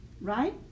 Right